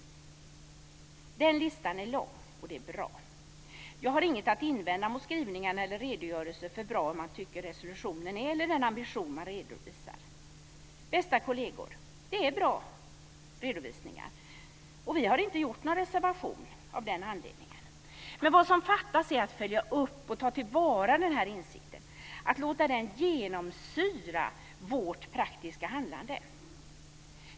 Den listan är lång, och det är bra. Jag har inget att invända mot skrivningar eller redogörelser för hur bra man tycker att resolutionen är eller den ambition som man redovisar. Bästa kolleger! Det är bra redovisningar, och vi har inte gjort någon reservation av den anledningen. Men vad som fattas är att följa upp och ta till vara denna insikt, att låta den genomsyra vårt praktiska handlande.